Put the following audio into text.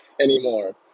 anymore